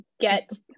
get